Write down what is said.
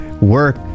work